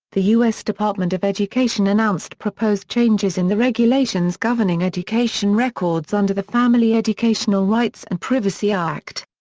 the u s. department of education announced proposed changes in the regulations governing education records under the family educational rights and privacy act.